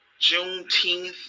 Juneteenth